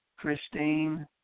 Christine